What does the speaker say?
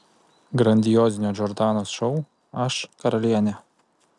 grandiozinio džordanos šou aš karalienė